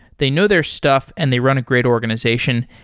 they know their stuff and they run a great organization.